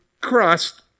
crust